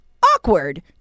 Awkward